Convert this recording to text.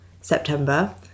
September